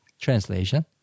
translation